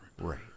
right